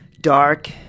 dark